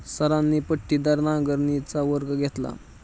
सरांनी पट्टीदार नांगरणीचा वर्ग घेतला